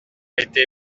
été